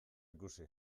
ikusi